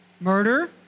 murder